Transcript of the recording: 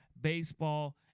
baseball